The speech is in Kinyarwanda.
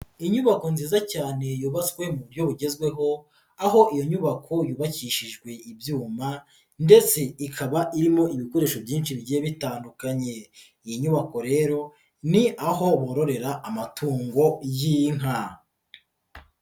Inyubako nziza cyane yubatswe mu buryo bugezweho, aho iyo nyubako yubakishijwe ibyuma ndetse ikaba irimo ibikoresho byinshi bigiye bitandukanye, iyi nyubako rero ni aho bororera amatungo y'inyika.